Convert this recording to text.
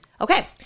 Okay